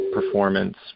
performance